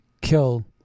kill